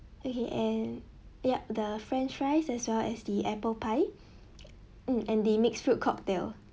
okay and yup the french fries as well as the apple pie hmm and the mix fruit cocktail